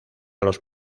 los